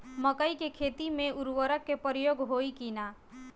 मकई के खेती में उर्वरक के प्रयोग होई की ना?